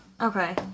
okay